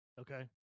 Okay